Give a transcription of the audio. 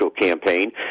campaign